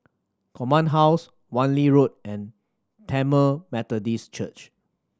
Command House Wan Lee Road and Tamil Methodist Church